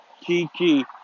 Kiki